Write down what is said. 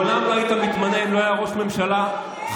מעולם לא היית מתמנה אם לא היה ראש ממשלה חלש,